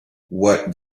what